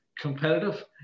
competitive